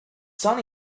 sunny